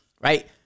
Right